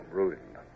ruined